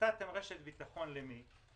נתתם רשת ביטחון, למי?